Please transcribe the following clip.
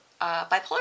bipolar